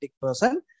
person